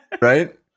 right